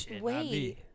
Wait